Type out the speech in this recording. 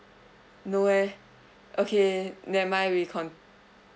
no eh okay nevermind we cont~